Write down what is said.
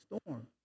storm